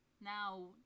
Now